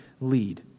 lead